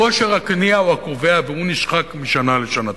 כושר הקנייה הוא הקובע, והוא נשחק משנה לשנה.